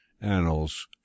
Annals